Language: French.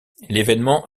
l’événement